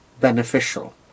beneficial